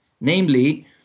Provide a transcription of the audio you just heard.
Namely